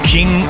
King